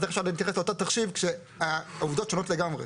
אז איך אפשר להתייחס לאותו תחשיב כשהעובדות שונות לגמרי.